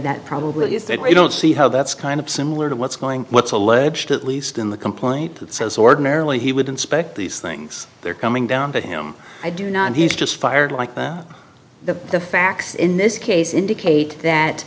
that probably i don't see how that's kind of similar to what's going what's alleged at least in the complaint that says ordinarily he would inspect these things they're coming down to him i do not he is just fired like the facts in this case indicate that